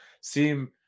seem